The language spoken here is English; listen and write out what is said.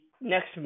next